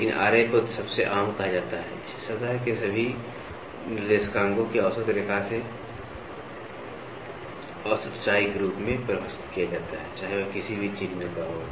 लेकिन को सबसे आम कहा जाता है इसे सतह के सभी निर्देशांकों की औसत रेखा से औसत ऊंचाई के रूप में परिभाषित किया जाता है चाहे वह किसी भी चिन्ह का हो